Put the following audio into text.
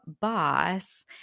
boss